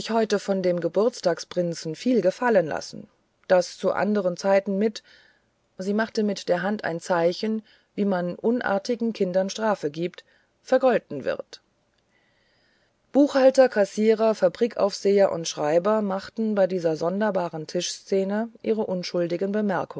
von dem geburtstagsprinzen viel gefallen lassen das zu anderen zeiten mit sie machte mit der hand ein zeichen wie man unartigen kindern strafe gibt vergolten wird buchhalter kassierer fabrikaufseher und schreiber machten bei dieser sonderbaren tischszene ihre unschuldigen bemerkungen